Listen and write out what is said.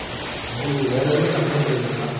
ஆமாம் உங்களுக்கு வேற எதுவும் சந்தேகம் இருக்குதுங்களா